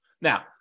Now